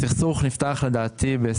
נראה לי שהסכסוך נפתח ב-21'.